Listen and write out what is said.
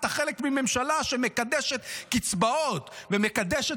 אתה חלק מממשלה שמקדשת קצבאות ומקדשת